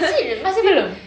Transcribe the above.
serious masih belum